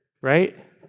Right